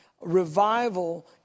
revival